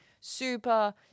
super